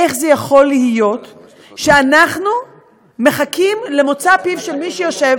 איך זה יכול להיות שאנחנו מחכים למוצא פיו של מי שיושב